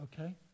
okay